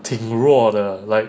挺弱的 like